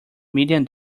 million